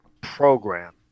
program